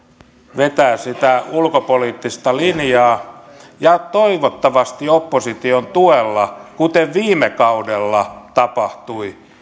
vetää sitä ulkopoliittista linjaa ja toivottavasti opposition tuella kuten viime kaudella tapahtui eikä niin että